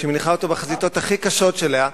שהיא מניחה אותו בחזיתות הכי קשות שלה,